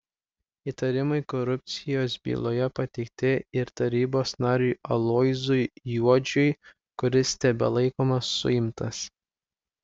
įtarimai korupcijos byloje pateikti ir tarybos nariui aloyzui juodžiui kuris tebelaikomas suimtas